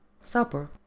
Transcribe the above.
Supper